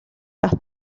las